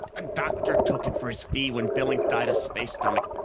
a doctor took it for his fee when billings died of space-stomach.